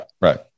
right